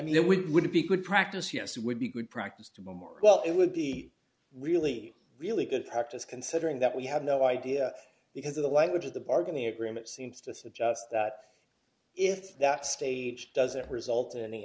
mean we would be good practice yes it would be good practice to more well it would be really really good practice considering that we have no idea because of the language of the bargain the agreement seems to suggest that if that stage doesn't result in any